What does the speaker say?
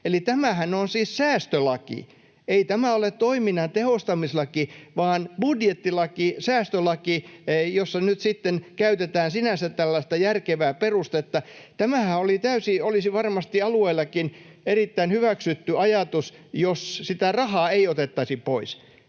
tämähän on siis säästölaki. Ei tämä ole toiminnan tehostamislaki vaan budjettilaki, säästölaki, jossa nyt sitten käytetään sinänsä tällaista järkevää perustetta. Tämähän olisi varmasti täysin alueillakin erittäin hyväksytty ajatus, jos sitä rahaa ei otettaisiin pois.